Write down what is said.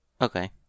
Okay